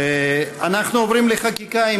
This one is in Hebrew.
אנחנו עוברים לחקיקה.